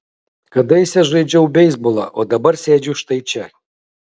kadaise žaidžiau beisbolą o dabar sėdžiu štai čia